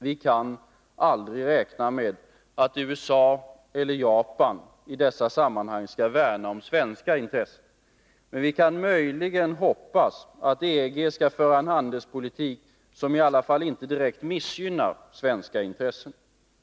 Vi kan aldrig räkna med att USA eller Japan i dessa sammanhang skall värna om svenska intressen. Men vi kan möjligen hoppas att EG skall föra en handelspolitik, som i alla fall inte direkt missgynnar svenska intressen.